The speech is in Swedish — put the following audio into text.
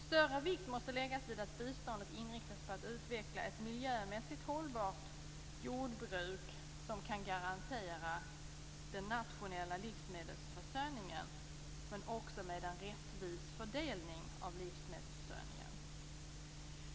Större vikt måste läggas vid att biståndet inriktas på att utveckla ett miljömässigt hållbart jordbruk som kan garantera den nationella livsmedelsförsörjningen. Det måste också bli en rättvis fördelning av livsmedelsförsörjningen.